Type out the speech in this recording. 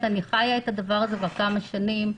אני חיה את הדבר הזה כבר כמה שנים.